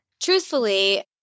truthfully